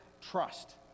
trust